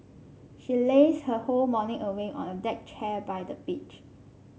she lazed her whole morning away on a deck chair by the beach